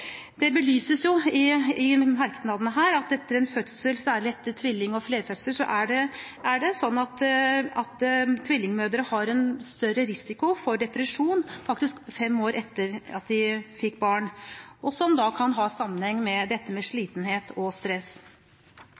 Det belyses i merknadene her at etter en fødsel, særlig etter tvilling- og flerfødsler, er det sånn at tvillingmødre har en større risiko for depresjon – faktisk opptil fem år etter at de fikk barn – som kan ha sammenheng med slitenhet og stress.